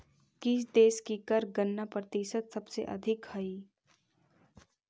किस देश की कर गणना प्रतिशत सबसे अधिक हई